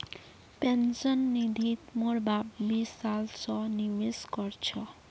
pension निधित मोर बाप बीस साल स निवेश कर छ